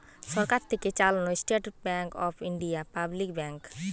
সরকার থেকে চালানো State Bank of India public bank